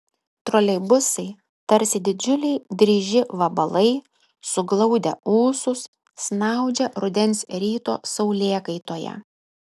troleibusai tarsi didžiuliai dryži vabalai suglaudę ūsus snaudžia rudens ryto saulėkaitoje